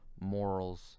morals